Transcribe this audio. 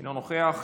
אינו נוכח.